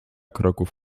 kroków